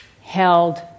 held